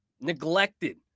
neglected